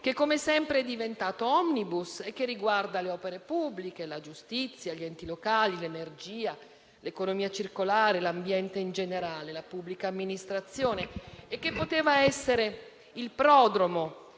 che come sempre è diventato *omnibus* e riguarda le opere pubbliche, la giustizia, gli enti locali, l'energia, l'economia circolare, l'ambiente in generale e la pubblica amministrazione. Poteva essere il prodromo,